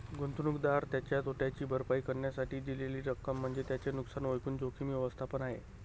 गुंतवणूकदार त्याच्या तोट्याची भरपाई करण्यासाठी दिलेली रक्कम म्हणजे त्याचे नुकसान ओळखून जोखीम व्यवस्थापन आहे